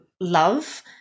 love